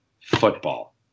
football